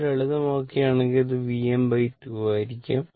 ഇത് ലളിതമാക്കുകയാണെങ്കിൽ അത് Vm 2 ആയിരിക്കും